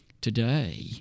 Today